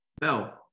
Bell